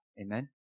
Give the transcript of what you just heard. Amen